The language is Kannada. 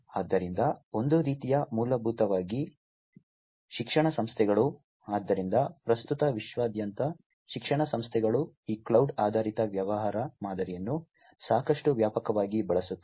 ಆದ್ದರಿಂದ ಒಂದು ರೀತಿಯ ಮೂಲಭೂತವಾಗಿ ಶಿಕ್ಷಣ ಸಂಸ್ಥೆಗಳು ಆದ್ದರಿಂದ ಪ್ರಸ್ತುತ ವಿಶ್ವಾದ್ಯಂತ ಶಿಕ್ಷಣ ಸಂಸ್ಥೆಗಳು ಈ ಕ್ಲೌಡ್ ಆಧಾರಿತ ವ್ಯವಹಾರ ಮಾದರಿಯನ್ನು ಸಾಕಷ್ಟು ವ್ಯಾಪಕವಾಗಿ ಬಳಸುತ್ತವೆ